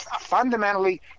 fundamentally